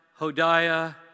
Hodiah